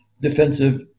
defensive